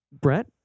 Brett